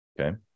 Okay